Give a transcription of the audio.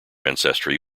ancestry